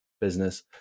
business